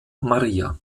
maria